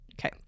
Okay